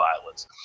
violence